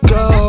go